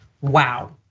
Wow